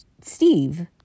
Steve